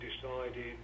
decided